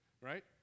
right